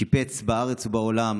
שיפץ בארץ ובעולם